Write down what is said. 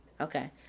Okay